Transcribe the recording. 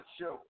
show